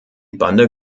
bande